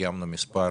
קיימנו מספר